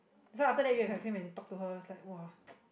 that's why after that he came and talk to her is like !wah!